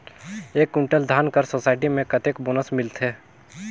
एक कुंटल धान कर सोसायटी मे कतेक बोनस मिलथे?